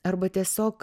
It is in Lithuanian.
arba tiesiog